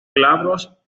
glabros